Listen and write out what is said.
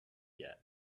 yet